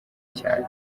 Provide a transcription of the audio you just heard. cyane